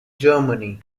germany